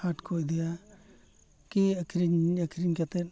ᱦᱟᱴ ᱠᱚ ᱤᱫᱤᱭᱟ ᱠᱤ ᱟᱹᱠᱷᱨᱤᱧ ᱠᱟᱛᱮᱫ